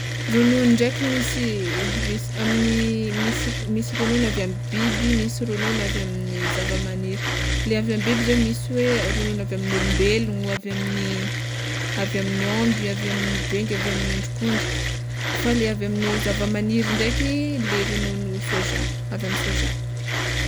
Ronono ndraiky misy misy amin'ny misy misy ronono avy amy biby, misy ronono avy amin'ny zavamaniry, le avy amy biby zao misy hoe ronono avy amin'olombelogno, avy amin'ny avy amin'ny ômby, avy amin'ny bengy avy amin'ny bengy, avy amin'ny ondrikondrika, fa le avy amin'ny zavamaniry ndraiky le ronono sôza avy amy sôza.